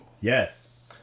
Yes